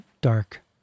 dark